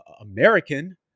American